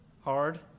Hard